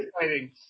exciting